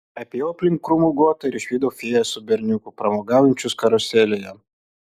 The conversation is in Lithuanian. apėjau aplink krūmų guotą ir išvydau fėją su berniuku pramogaujančius karuselėje